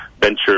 venture